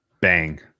Bang